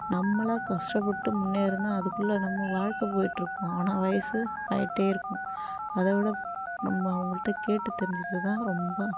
நம்மளா கஷ்டப்பட்டு முன்னேறினா அதுக்குள்ளே நம்ம வாழ்க்கை போயிட்டுருக்கும் ஆனால் வயது ஆகிட்டே இருக்கும் அதை விட நம்ம அவங்ககிட்ட கேட்டு தெரிஞ்சுக்கிறதுதான் ரொம்ப